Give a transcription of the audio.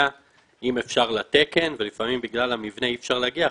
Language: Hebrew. אם אפשר לתקן ולפעמים בגלל המבנה אי אפשר להגיע,